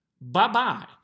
bye-bye